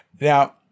Now